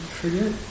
forget